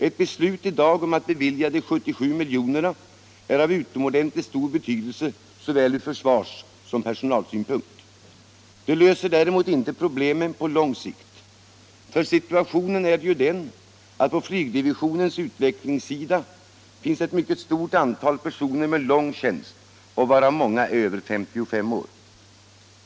Ett beslut i dag om att bevilja de 77 miljonerna är av utomordentligt stor betydelse ur såväl försvarssom personalsynpunkt. Det löser däremot inte problemen på lång sikt, för situationen är ju den att på flygdivisionens utvecklingssida finns ett mycket stort antal personer med lång tjänst, varav många är över 55 år.